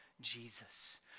jesus